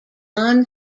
non